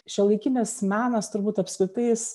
šiuolaikinis menas turbūt apskritai jis